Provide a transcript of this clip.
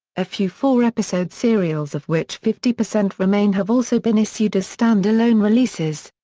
a few four-episode serials of which fifty percent remain have also been issued as standalone releases.